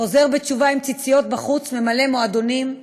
חוזר בתשובה עם ציציות בחוץ ממלא מועדונים.